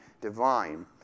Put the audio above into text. divine